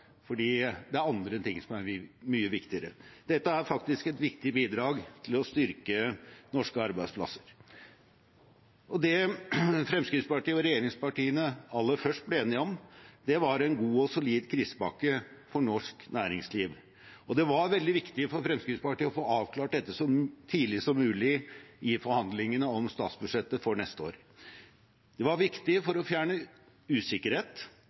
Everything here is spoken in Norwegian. fordi det er andre ting som er mye viktigere. Dette er faktisk et viktig bidrag til å styrke norske arbeidsplasser. Det Fremskrittspartiet og regjeringspartiene aller først ble enige om, var en god og solid krisepakke for norsk næringsliv. Det var veldig viktig for Fremskrittspartiet å få avklart dette så tidlig som mulig i forhandlingene om statsbudsjettet for neste år. Det var viktig for å fjerne usikkerhet,